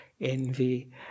envy